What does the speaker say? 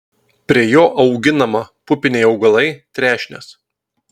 prie jo auginama pupiniai augalai trešnės